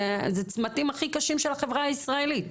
זה הצמתים הכי קשים של החברה הישראלית.